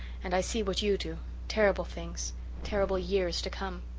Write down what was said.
and i see what you do terrible things terrible years to come.